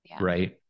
right